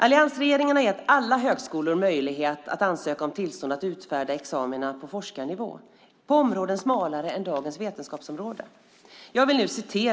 Alliansregeringen har gett alla högskolor möjlighet att ansöka om tillstånd att utfärda examina på forskarnivå på områden smalare än dagens vetenskapsområden.